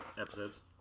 Episodes